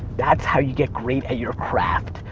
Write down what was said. that's how you get great at your craft.